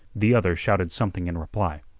the other shouted something in reply.